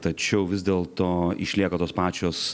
tačiau vis dėlto išlieka tos pačios